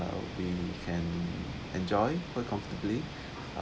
we can enjoy per comfortably